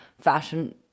fashion